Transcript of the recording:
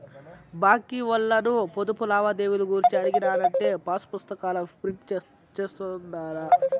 బాంకీ ఓల్లను పొదుపు లావాదేవీలు గూర్చి అడిగినానంటే పాసుపుస్తాకాల ప్రింట్ జేస్తుండారు